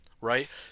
right